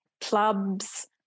clubs